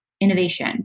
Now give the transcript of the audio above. innovation